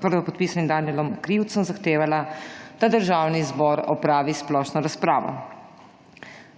prvopodpisanim Danijelom Krivcem zahtevala, da Državni zbor opravi splošno razpravo.